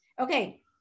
okay